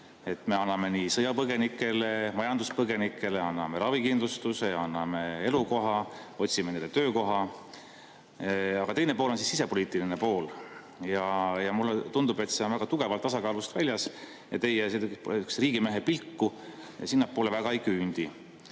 Me anname nii sõjapõgenikele kui ka majanduspõgenikele ravikindlustuse, anname elukoha, otsime neile töökoha. Aga teine pool on sisepoliitiline pool ja mulle tundub, et see on väga tugevalt tasakaalust väljas ja teie riigimehe pilk sinnapoole väga ei küündi.